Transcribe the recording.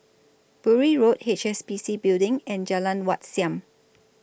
Bury Road H S B C Building and Jalan Wat Siam